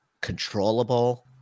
controllable